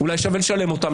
אולי שווה לשלם אותם.